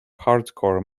hardcore